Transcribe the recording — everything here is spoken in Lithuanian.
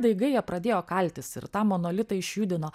daigai jie pradėjo kaltis ir tą monolitą išjudino